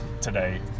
today